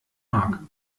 haag